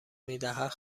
میدهد